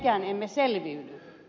arvoisa puhemies